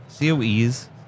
COEs